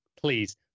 please